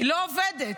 לא עובדת.